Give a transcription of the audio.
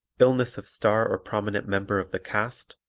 illness of star or prominent member of the cast,